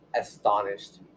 astonished